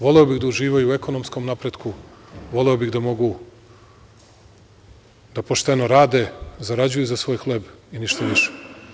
Voleo bih da uživaju u ekonomskom napretku, voleo bih da mogu da pošteno rade, zarađuju za svoj hleb i ništa više.